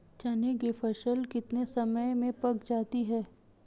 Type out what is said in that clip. चने की फसल कितने समय में पक जाती है?